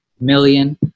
million